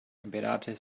emirate